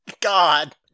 god